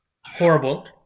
horrible